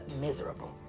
miserable